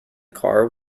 car